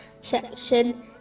section